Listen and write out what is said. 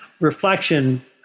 reflection